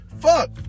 fuck